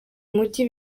mujyi